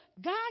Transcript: God